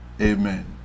Amen